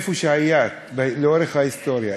לאורך ההיסטוריה,